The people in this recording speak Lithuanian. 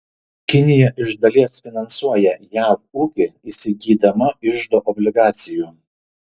kinija iš dalies finansuoja jav ūkį įsigydama iždo obligacijų